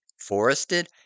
forested